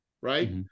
right